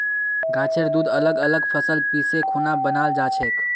गाछेर दूध अलग अलग फसल पीसे खुना बनाल जाछेक